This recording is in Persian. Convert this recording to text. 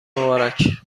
مبارک